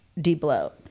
de-bloat